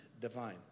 divine